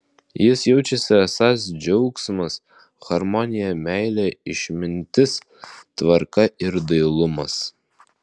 jis jaučiasi esąs džiaugsmas harmonija meilė išmintis tvarka ir dailumas